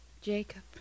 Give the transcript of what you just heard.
Jacob